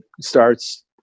starts